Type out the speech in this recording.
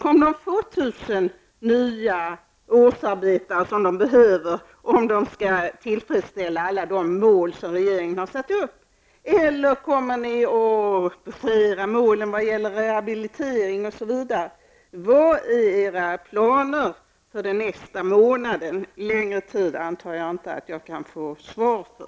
Kommer de att få de 1 000 nya årsarbetare som de behöver om de skall uppnå alla de mål som regeringen har satt upp? Eller kommer ni att skära i målen när det gäller rehabilitering osv.? Vilka är era planer för den kommande månaden, längre tid antar jag att man inte kan fråga om?